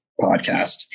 podcast